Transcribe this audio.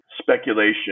speculation